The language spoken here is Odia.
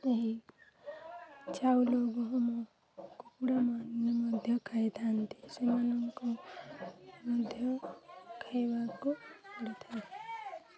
ଏହି ଚାଉଳ ଗହମ କୁକୁଡ଼ାମାନେ ମଧ୍ୟ ଖାଇଥାନ୍ତି ସେମାନଙ୍କୁ ମଧ୍ୟ ଖାଇବାକୁ ପଡ଼ିଥାଏ